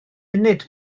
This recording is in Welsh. munud